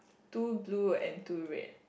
two blue and two red